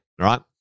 right